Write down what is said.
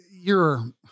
You're-